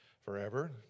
forever